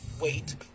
wait